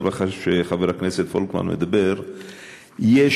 הרווחה שחבר הכנסת פולקמן מדבר עליהן,